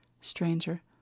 Stranger